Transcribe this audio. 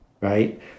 right